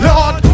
Lord